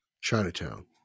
Chinatown